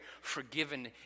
forgiven